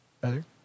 Better